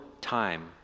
time